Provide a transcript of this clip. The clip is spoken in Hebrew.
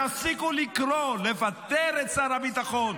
תפסיקו לקרוא לפטר את שר הביטחון.